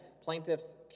plaintiffs